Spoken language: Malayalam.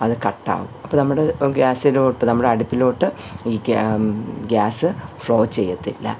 അത് കട്ട് ആവും അപ്പം നമ്മുടെ ഗ്യാസിലോട്ട് നമ്മുടെ അടുപ്പിലോട്ട് ഈ ഗ്യ ഗ്യാസ് ഫ്ലോ ചെയ്യില്ല